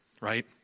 right